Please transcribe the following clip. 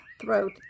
throat